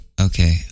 okay